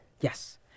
Yes